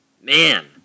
Man